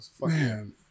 man